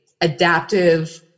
adaptive